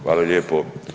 Hvala lijepo.